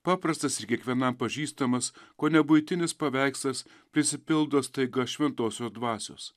paprastas ir kiekvienam pažįstamas kone buitinis paveikslas prisipildo staiga šventosios dvasios